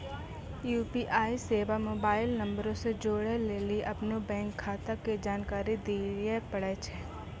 UPI सेबा mobile नंबरो से जोड़ै लेली अपनो बैंक खाता के जानकारी दिये पड़ै छै